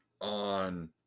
on